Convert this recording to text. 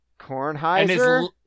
Kornheiser